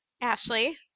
Ashley